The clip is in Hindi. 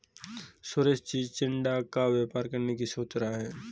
सुरेश चिचिण्डा का व्यापार करने की सोच रहा है